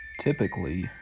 Typically